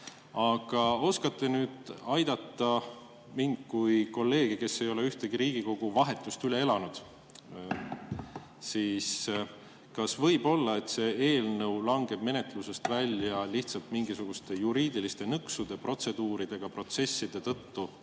Aga oskate aidata nii mind kui kolleege, kes ei ole ühtegi Riigikogu vahetust üle elanud? Kas võib olla, et see eelnõu langeb menetlusest välja lihtsalt mingisuguste juriidiliste nõksude, protseduuride, protsesside tõttu?